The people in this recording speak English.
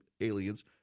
aliens